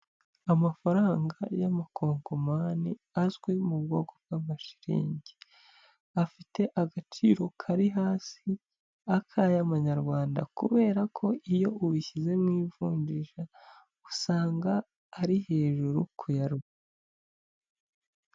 Amafaranga y'amakongomani azwi mu bwoko bw'amashiriningi, afite agaciro kari hasi y'aka ay'amanyarwanda, kubera ko iyo ubishyize mu ivunjisha usanga ari hejuru kuyo mu Rwanda.